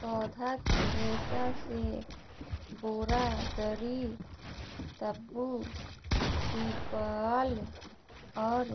पौधे के रेशा से बोरा, दरी, तम्बू, तिरपाल और